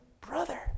brother